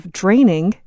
draining